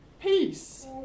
peace